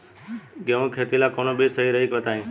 गेहूं के खेती ला कोवन बीज सही रही बताई?